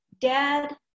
Dad